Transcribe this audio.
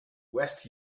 west